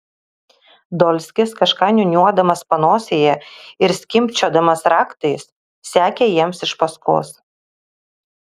dolskis kažką niūniuodamas panosėje ir skimbčiodamas raktais sekė jiems iš paskos